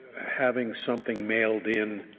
having something mailed in,